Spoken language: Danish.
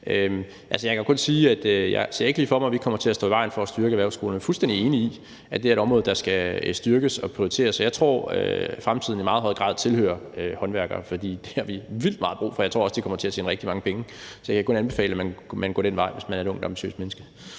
sige. Jeg kan kun sige, at jeg ikke lige ser for mig, at vi kommer til at stå i vejen for at styrke erhvervsskolerne. Jeg er fuldstændig enig i, at det er et område, der skal styrkes og prioriteres, og jeg tror, at fremtiden i meget høj grad tilhører håndværkere, for det har vi vildt meget brug for. Jeg tror også, de kommer til at tjene rigtig mange penge, så jeg kan kun anbefale, at man går den vej, hvis man er et ungt, ambitiøst menneske.